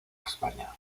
españa